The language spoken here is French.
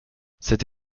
cette